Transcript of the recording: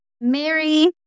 Mary